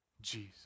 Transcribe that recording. Jesus